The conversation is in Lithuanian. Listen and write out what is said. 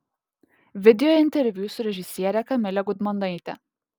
video interviu su režisiere kamile gudmonaite